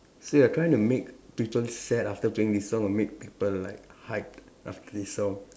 so you're trying to make people sad after playing this song or make people like hyped after playing this song